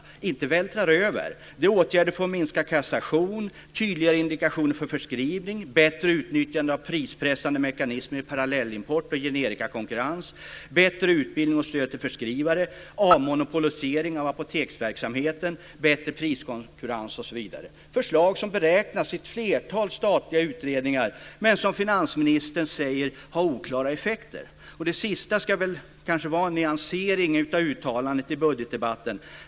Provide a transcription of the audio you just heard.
Vi vältrar inte över dem. Det är åtgärder för att minska kassation, tydligare indikationer för förskrivning, bättre utnyttjande av prispressande mekanismer i parallellimport och generikakonkurrens, bättre utbildning och stöd till förskrivare, avmonopolisering av apoteksverksamheten, bättre priskonkurrens osv. Det är förslag som beräknats i ett flertal statliga utredningar, men finansministern säger att de har oklara effekter. Det sista ska kanske vara en nyansering av uttalandet i budgetdebatten.